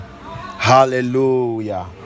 hallelujah